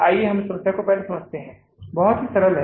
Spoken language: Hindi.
आइए हम इस समस्या को पहले समझते हैं बहुत सरल है